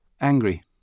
Angry